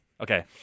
Okay